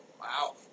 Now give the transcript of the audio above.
Wow